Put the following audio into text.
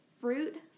fruit